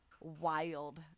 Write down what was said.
Wild